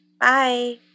Bye